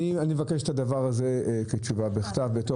אני מבקש את הדבר הזה כתשובה בכתב.